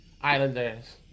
Islanders